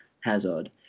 Hazard